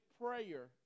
prayer